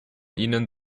ihnen